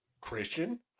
christian